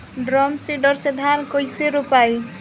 Drum seeder से धान कैसे रोपाई?